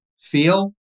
feel